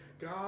God